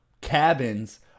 cabins